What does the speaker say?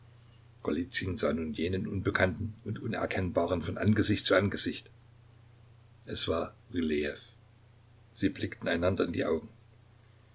sah nun jenen unerkannten und unerkennbaren von angesicht zu angesicht es war rylejew sie blickten einander in die augen